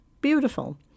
beautiful